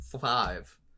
five